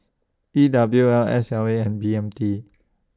E W L S L A and B M T